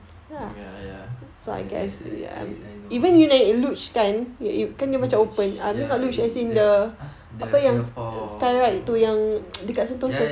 ya ya I get it I I I know luge ya (uh huh) the singapore ya ya